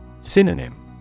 Synonym